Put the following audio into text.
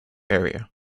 area